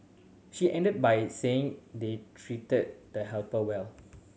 she ended by saying they treated the helper well